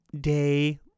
day